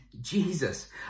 Jesus